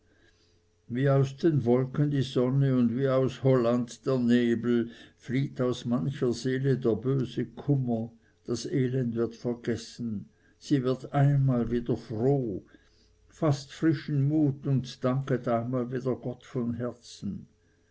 wie aus den wolken die sonne und wie aus holland der nebel flieht aus mancher seele der böse kummer das elend wird vergessen sie wird einmal wieder froh faßt frischen mut und danket einmal wieder gott von herzen